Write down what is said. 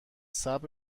صبر